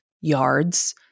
yards